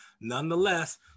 nonetheless